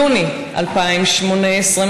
יוני 2018,